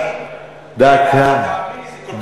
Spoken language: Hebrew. דקה.